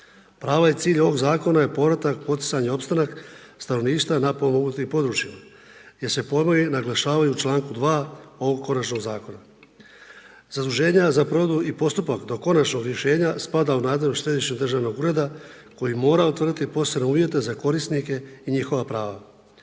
Prava i cilj ovog zakona je povratak, poticanje, opstanak stanovništva na …/nerazumljivo/… područjima, jer se …/nerazumljivo/… naglašavaju u članku 2. ovog konačnog zakona. Zaduženja za provedbu i postupak do konačnog rješenja spada u nadležnost Središnjeg državnog ureda koji mora utvrditi posebne uvjete za korisnike i njihova prava.